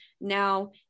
now